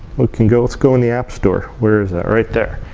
we can go, let's go in the app store. where is that? right there.